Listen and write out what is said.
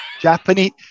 Japanese